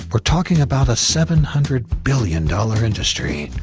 we're talking about a seven hundred billion dollars industry,